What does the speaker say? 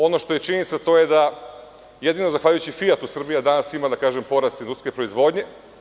Ono što je činjenica, to je da jedino zahvaljujući „Fijatu“ Srbija danas ima porast industrijske proizvodnje.